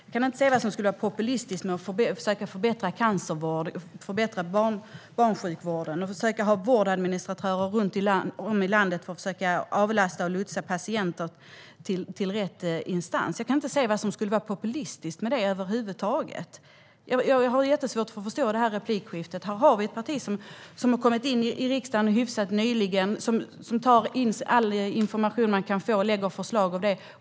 Jag kan inte se vad som skulle vara populistiskt med att försöka förbättra cancervården, förbättra barnsjukvården och ha vårdadministratörer runt om i landet för att avlasta och lotsa patienter till rätt instans. Jag kan inte se vad som skulle vara populistiskt med det över huvud taget. Jag har jättesvårt att förstå det här replikskiftet. Här har vi ett parti som har kommit in i riksdagen hyfsat nyligen, som tar in all information som det kan få och som lägger fram förslag om det.